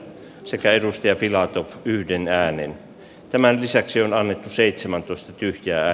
kun edustaja tilattu yhden äänen tämän lisäksi on annettu seitsemän tyhjää